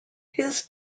his